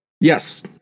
Yes